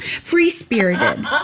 free-spirited